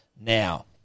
Now